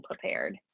prepared